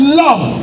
love